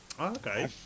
Okay